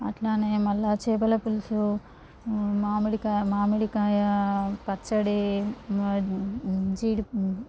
అట్లానే మల్ల చేపల పులుసు మామిడికాయ మామిడి కాయ పచ్చడి జీడి ప